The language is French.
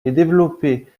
développée